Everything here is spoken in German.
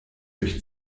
durch